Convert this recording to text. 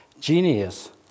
genius